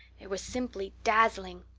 they were simply dazzling.